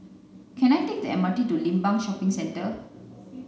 can I take the M R T to Limbang Shopping Centre